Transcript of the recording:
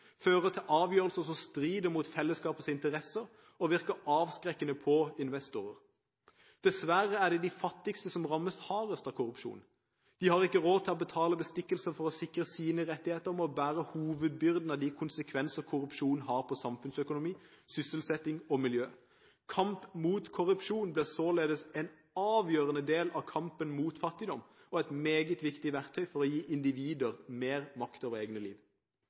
fører til avgjørelser som strider mot fellesskapets interesser, og virker avskrekkende på investorer. Dessverre er det de fattigste som rammes hardest av korrupsjon. De har ikke råd til å betale bestikkelser for å sikre sine rettigheter og må bære hovedbyrden av de konsekvenser korrupsjon har på samfunnsøkonomi, sysselsetting og miljø. Kamp mot korrupsjon blir således en avgjørende del av kampen mot fattigdom og et meget viktig verktøy for å gi individer mer makt over egne liv.